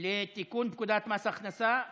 לתיקון פקודת מס הכנסה (מס'